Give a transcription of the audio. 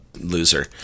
loser